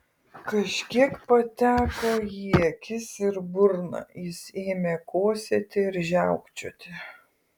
kažkiek pateko į akis ir burną jis ėmė kosėti ir žiaukčioti